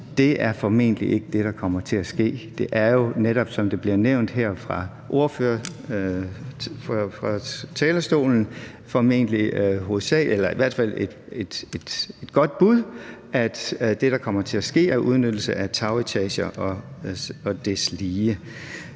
Det er jo formentlig ikke det, der kommer til at ske. Det er jo netop, som det bliver nævnt her af ordføreren fra talerstolen, i hvert fald et godt bud, at det, der kommer til at ske, er udnyttelse af tagetager og deslige.